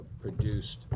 produced –